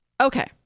Okay